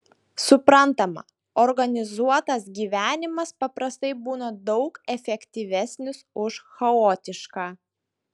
suprantama organizuotas gyvenimas paprastai būna daug efektyvesnis už chaotišką